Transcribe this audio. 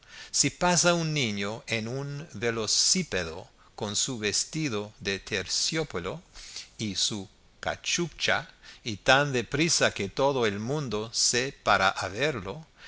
si pasa un niño en un velocípedo con su vestido de terciopelo y su cachucha y tan de prisa que todo el mundo se para